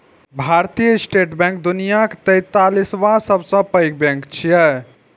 भारतीय State Bank दुनियाक तैंतालिसवां सबसं पैघ बैंक छियै